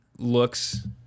looks